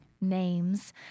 names